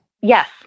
Yes